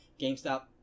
GameStop